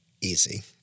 easy